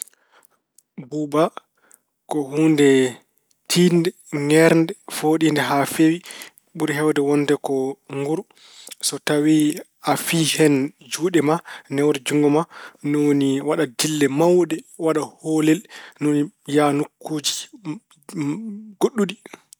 Buuba ko huunde tiiɗnde, ŋeernde, fooɗiinde haa feewi. Ɓuri heewde wonnde ko nguru. So tawi fiyi hen juuɗe ma, newre juutngo ma, ni woni waɗa dille mawɗe, waɗa hoolel. Ni woni yaha nokkuuji goɗɗuɗi.